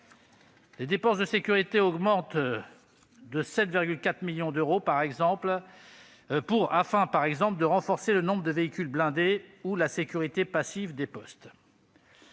Les dépenses de sécurité augmentent de 7,4 millions d'euros, afin, par exemple, de renforcer le nombre de véhicules blindés ou la sécurité passive des postes.